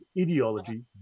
ideology